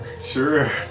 sure